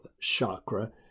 chakra